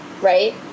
right